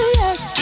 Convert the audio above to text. yes